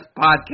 podcast